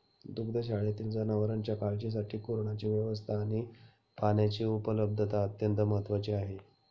दुग्धशाळेतील जनावरांच्या काळजीसाठी कुरणाची व्यवस्था आणि पाण्याची उपलब्धता अत्यंत महत्त्वाची आहे